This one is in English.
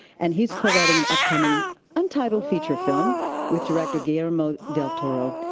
and he's co-writing an upcoming untitled feature film with director guillermo del toro.